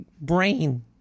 brain